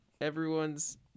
everyone's